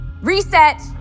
Reset